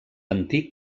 antic